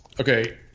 okay